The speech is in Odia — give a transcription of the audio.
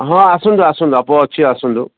ହଁ ଆସନ୍ତୁ ଆସନ୍ତୁ ଓପୋ ଅଛି ଆସନ୍ତୁ